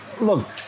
Look